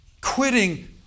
Quitting